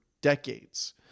decades